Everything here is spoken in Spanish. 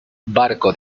barco